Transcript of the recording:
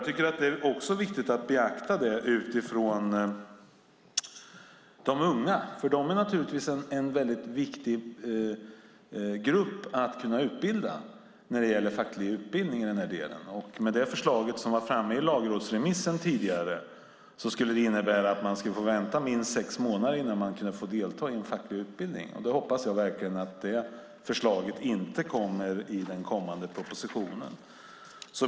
Det är också viktigt att beakta det utifrån de unga, för de är naturligtvis en väldigt viktig grupp att utbilda när det gäller facklig utbildning. Det tidigare förslaget i lagrådsremissen skulle innebära att man fick vänta minst sex månader innan man kunde få delta i en facklig utbildning. Jag hoppas verkligen att det förslaget inte finns med i den kommande propositionen.